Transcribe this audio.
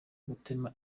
gutema